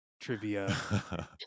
trivia